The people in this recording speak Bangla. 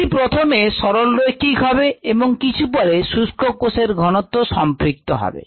এটি প্রথমে সরলরৈখিক হবে এবং কিছু পরে শুষ্ক কোষের ঘনত্ব সম্পৃক্ত হবে